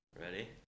Ready